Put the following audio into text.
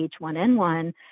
H1N1